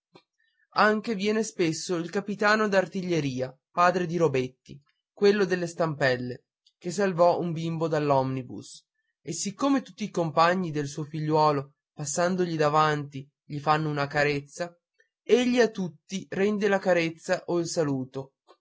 anche viene spesso il capitano d'artiglieria padre di robetti quello delle stampelle che salvò un bimbo dall'omnibus e siccome tutti i compagni del suo figliuolo passandogli davanti gli fanno una carezza egli a tutti rende la carezza o il saluto